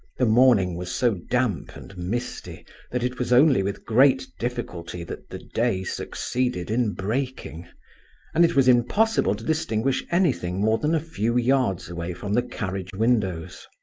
the morning was so damp and misty that it was only with great difficulty that the day succeeded in breaking and it was impossible to distinguish anything more than a few yards away from the carriage windows.